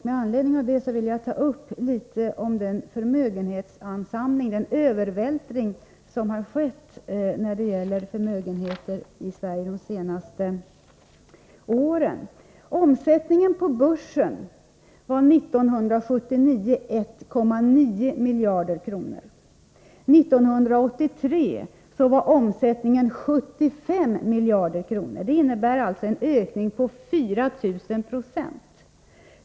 Med anledning av detta vill jag ta upp den förmögenhetsansamling och den övervältring när det gäller förmögenheter som har skett i Sverige de senaste åren. År 1979 var omsättningen på börsen 1,9 miljarder kronor. 1983 var omsättningen 75 miljarder kronor. Det innebär alltså en ökning på 4 000 96.